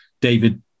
David